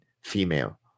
female